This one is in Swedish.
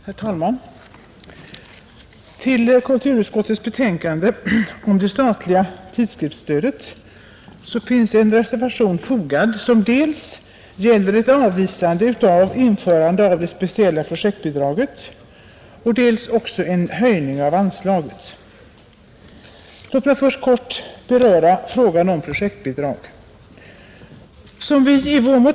Herr talman! Till kulturutskottets betänkande om det statliga tidskriftsstödet är fogad en reservation, som dels gäller ett avvisande av införandet av det speciella projektbidraget, dels en höjning av anslaget. Låt mig först kort beröra frågan om projektbidrag.